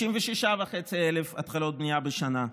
56,500 התחלות בנייה בשנה,